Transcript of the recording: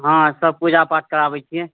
हँ सब पूजा पाठ कराबै छियै